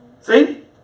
See